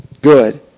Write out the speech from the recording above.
good